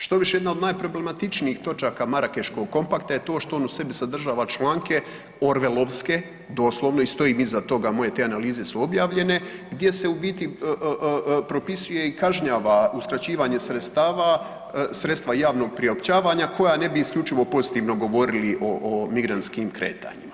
Štoviše, jedna od najproblematičnijih točaka Marakeškog kompakta je to što on u sebi sadržava članke orleovske, doslovno i stojim iza toga, moje te analize su objavljene gdje se u biti propisuje i kažnjava uskraćivanje sredstava, sredstva javnog priopćavanja koja ne bi isključivo pozitivno govorili o, o migrantskim kretanjima.